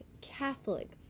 Catholic